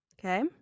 okay